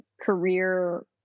career